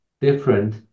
Different